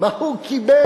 מה הוא קיבל?